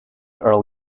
earl